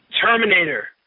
Terminator